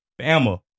Bama